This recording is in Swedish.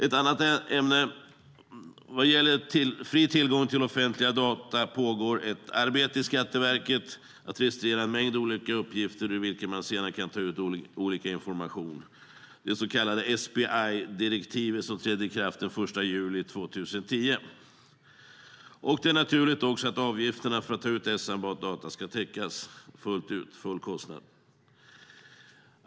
Ett annat ämne: Vad gäller fri tillgång till offentliga data pågår ett arbete i Skatteverket med att registrera en mängd olika uppgifter ur vilka man sedan kan ta ut olika information, det så kallade SPI-direktivet som trädde i kraft den 1 juli 2010. Det är naturligt att avgifterna för att ta ut dessa data ska täckas av en fullkostnadsavgift.